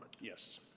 Yes